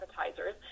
appetizers